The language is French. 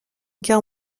guerre